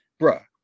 Bruh